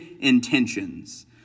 intentions